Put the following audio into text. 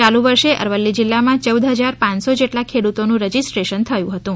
ચાલુ વર્ષે અરવલ્લી જિલ્લામાં ચૌદ હજાર પાંચસો જેટલા ખેડૂતોનું રજિસ્ટ્રેશન થયું હતું